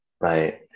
Right